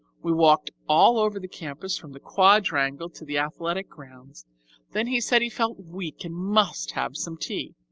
we walked all over the campus from the quadrangle to the athletic grounds then he said he felt weak and must have some tea.